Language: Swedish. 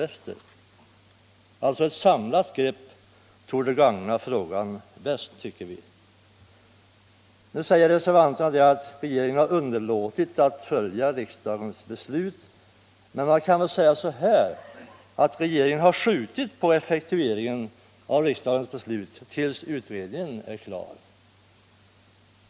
Ett samlat grepp torde gagna frågan bäst. Reservanterna framhåller att regeringen har underlåtit ati följa riksdagens beslut. Men man kan också säga att regeringen har skjutit på effektueringen av riksdagens beslut tills utredningen är klar.